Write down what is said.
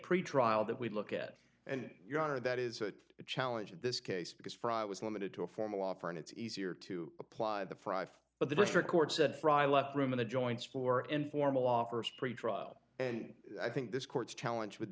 pre trial that we look at and your honor that is a challenge in this case because fry was limited to a formal offer and it's easier to apply the fried but the district court said fry left room in the joints floor informal offers pretrial and i think this court's challenge w